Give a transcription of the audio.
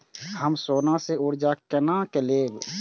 हम सोना से कर्जा केना लैब?